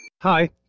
Hi